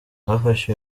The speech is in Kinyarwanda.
bafashe